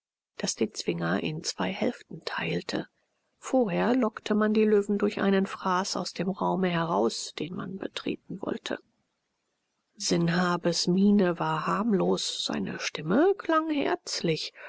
das den zwinger in zwei hälften teilte vorher lockte man die löwen durch einen fraß aus dem raume heraus den man betreten wollte sanhabes miene war harmlos seine stimme klang herzlich